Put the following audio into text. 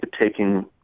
taking